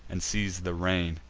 and seiz'd the rein.